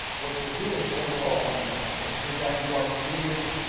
what you're doing over all, madam president, is that you are creating,